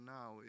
now